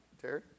Terry